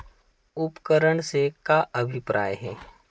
उपकरण से का अभिप्राय हे?